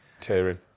tearing